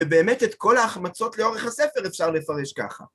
ובאמת את כל ההחמצות לאורך הספר אפשר לפרש ככה.